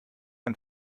ein